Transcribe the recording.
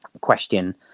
question